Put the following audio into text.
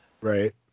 Right